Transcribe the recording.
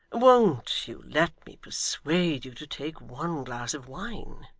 won't you let me persuade you to take one glass of wine?